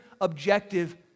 objective